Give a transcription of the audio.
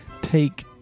Take